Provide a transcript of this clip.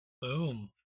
Boom